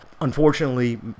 unfortunately